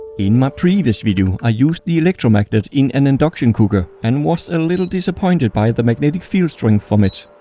in my previous video i used the electromagnet in an induction cooker and was a little disappointed by the magnetic field strength from it.